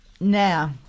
Now